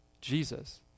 Jesus